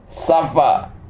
suffer